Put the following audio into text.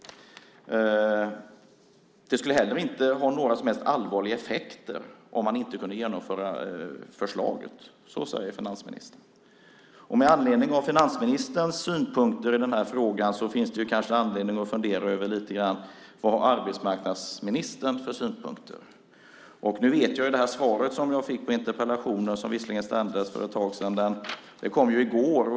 Det skulle heller inte ha några som helst allvarliga effekter om man inte kunde genomföra förslaget. Så säger finansministern. Med anledning av finansministerns synpunkter i den här frågan finns det kanske anledning att fundera lite grann över vilka synpunkter som arbetsmarknadsministern har. Svaret på interpellationen sändes visserligen för ett tag sedan. Det kom i går.